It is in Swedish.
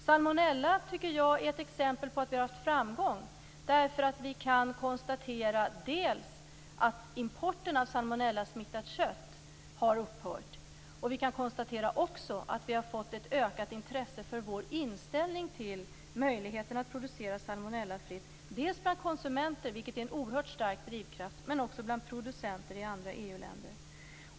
Salmonella tycker jag är ett exempel på att vi har haft framgång, därför att vi kan konstatera att importen av salmonellasmittat kött har upphört. Vi kan också konstatera att vi har fått ett ökat intresse för vår inställning till möjligheten att producera salmonellafritt dels bland konsumenter, vilket är en oerhört stark drivkraft, dels bland producenter i andra EU-länder.